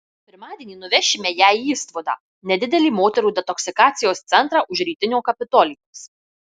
pirmadienį nuvešime ją į istvudą nedidelį moterų detoksikacijos centrą už rytinio kapitolijaus